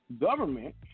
government